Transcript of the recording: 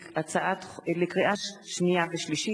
לקריאה שנייה ולקריאה שלישית,